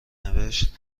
نوشتشبکه